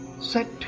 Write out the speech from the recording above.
set